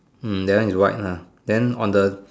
hmm that one is white ah then on the